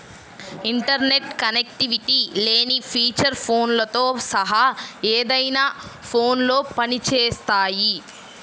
internet connectivity లేని feature ఫోన్లతో సహా ఏదైనా ఫోన్లో పని చేస్తాయి